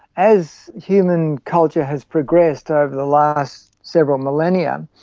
as human culture has progressed over the last several millennia,